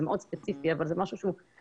זה מאוד ספציפי אבל זה משהו מהדברים